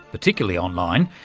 particularly online,